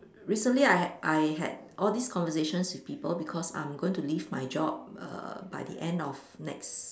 recently I h~ I had all these conversations with people because I'm going to leave my job err by the end of next